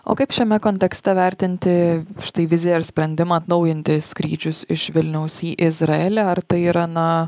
o kaip šiame kontekste vertinti štai viziją ir sprendimą atnaujinti skrydžius iš vilniaus į izraelį ar tai yra na